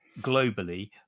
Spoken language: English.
globally